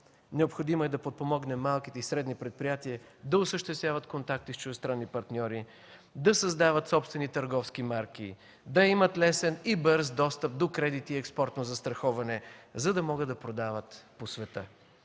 Необходимо е да подпомогнем малките и средни предприятия да осъществяват контакти с чуждестранни партньори, да създават собствени търговски марки, да имат лесен и бърз достъп до кредит и експортно застраховане, за да могат да продават по света.